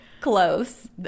Close